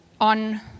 on